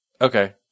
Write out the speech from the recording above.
Okay